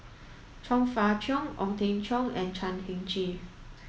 Chong Fah Cheong Ong Teng Cheong and Chan Heng Chee